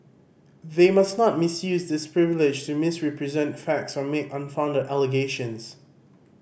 they must not misuse this privilege to misrepresent facts or make unfounded allegations